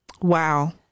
wow